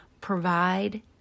provide